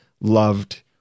loved